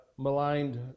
maligned